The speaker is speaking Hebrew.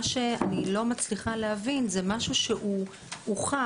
מה שאני לא מצליחה להבין זה משהו שהוא הוכח,